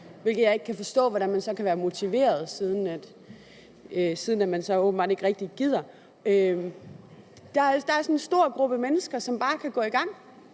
der kan jeg ikke forstå, hvordan man så kan være motiveret, siden man så åbenbart ikke rigtig gider. Der er altså en stor gruppe mennesker, som bare kan gå i gang,